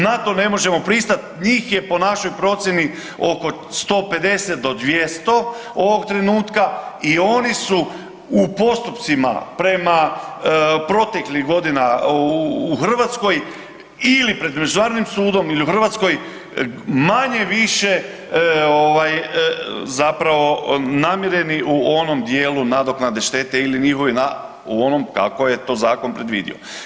Na to ne možemo pristati, njih je po našoj procjeni oko 150 do 200 ovog trenutka i oni su u postupcima prema proteklih godina u Hrvatskoj ili pred Međunarodnim sudom ili u Hrvatskoj manje-više zapravo namireni u onom dijelu nadoknade štete ili njihove u onom kako je to zakon predvidio.